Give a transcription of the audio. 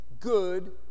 good